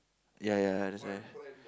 ya ya that's why